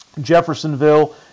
Jeffersonville